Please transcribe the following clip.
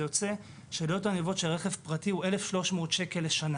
זה יוצא שעלויות ה- -- של רכב פרטי הוא 1,300 שקל לשנה